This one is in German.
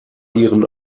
ihren